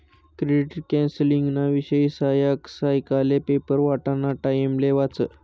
credit कौन्सलिंगना विषयी सकाय सकायले पेपर वाटाना टाइमले वाचं